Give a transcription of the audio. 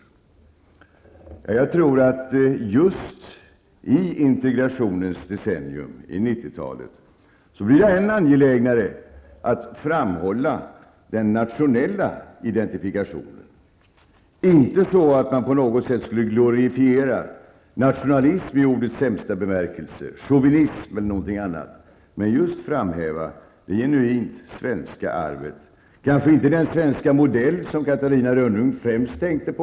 Ja, jag tror att det just på 90-talet, integrationens decennium, blir ännu angelägnare att framhålla den nationella identifikationen -- inte så att man skulle på något sätt glorifiera nationalism i ordets sämsta bemärkelse, chauvinism eller något sådant, men just för att framhäva det genuint svenska arvet. Jag syftar kanske inte på den svenska modell som Catarina Rönnung främst tänkte på.